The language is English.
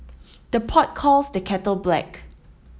the pot calls the kettle black